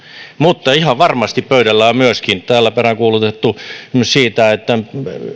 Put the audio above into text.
mutta ihan varmasti pöydällä on myöskin täällä peräänkuulutettu kysymys siitä